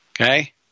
Okay